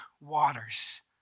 waters